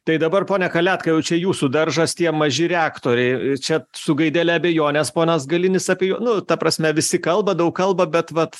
tai dabar ponia kaletką jaučia jūsų daržas tie maži reaktoriai čia su gaidele abejonės ponas galinis apie nu ta prasme visi kalba daug kalba bet vat